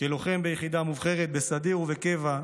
כלוחם ביחידה מובחרת בסדיר וקבע,